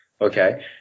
okay